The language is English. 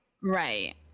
right